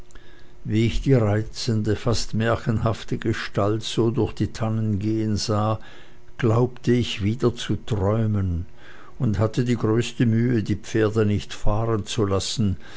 wie ich die reizende fast märchenhafte gestalt so durch die tannen gehen sah glaubte ich wieder zu träumen und hatte die größte mühe die pferde nicht fahrenzulassen